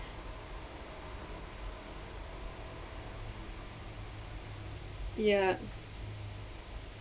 ya